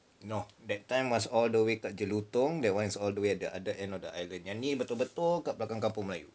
no that time was all the way to jelutong that [one] is all the way at the other end of the island yang ni betul-betul kat belakang kampung melayu